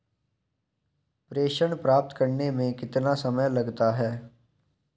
प्रेषण प्राप्त करने में कितना समय लगता है?